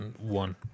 One